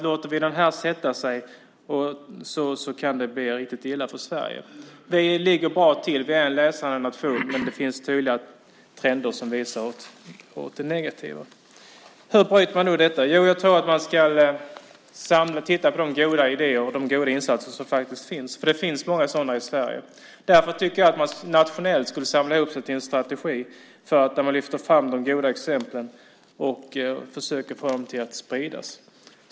Låter vi det sätta sig kan det bli riktigt illa för Sverige. Vi ligger bra till och är en läsande nation, men det finns tydliga trender som visar åt det negativa. Hur bryter man då utvecklingen? Jag tror att man ska titta på de många goda idéer som finns och de många goda insatser som görs i Sverige. Därför tycker jag att man ska samla ihop sig till en nationell strategi för att lyfta fram de goda exemplen och försöka få dem att spridas.